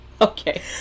Okay